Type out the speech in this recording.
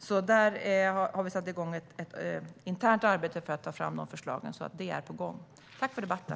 Där har vi alltså satt igång ett internt arbete för att ta fram förslag. Det är alltså på gång.